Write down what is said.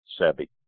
Sebi